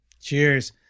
cheers